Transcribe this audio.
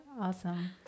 Awesome